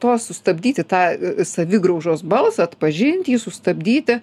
to sustabdyti tą savigraužos balsą atpažinti jį sustabdyti